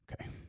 Okay